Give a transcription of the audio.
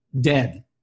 dead